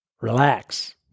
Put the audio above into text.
relax